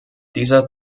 dieser